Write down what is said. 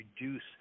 reduce